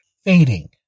fading